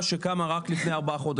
ברוך הבא.